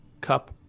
cup